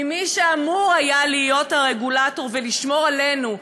ממי שאמור היה להיות הרגולטור ולשמור עלינו,